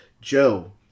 Joe